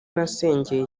nasengeye